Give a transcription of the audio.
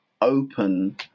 open